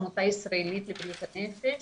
עמותה ישראלית לבריאותה הנפש.